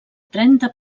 trenta